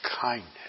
kindness